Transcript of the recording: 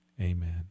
Amen